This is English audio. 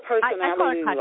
personality